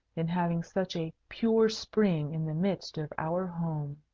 in having such a pure spring in the midst of our home.